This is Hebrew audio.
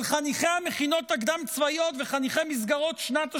אל חניכי המכינות הקדם-צבאיות וחניכי מסגרות שנת השירות,